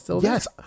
Yes